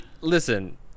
listen